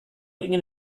ingin